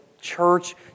church